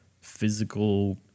physical